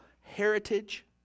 heritage